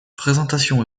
présentation